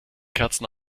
kerzen